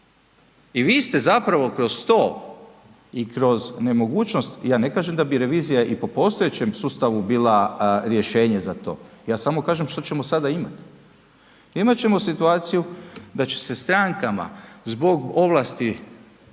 I vi ste zapravo kroz to i kroz nemogućnost, ja ne kažem da bi revizija i po postojećem sustavu bila rješenje za to, ja samo kažem što ćemo sada imati. Imat ćemo situaciju da će se strankama zbog ovlasti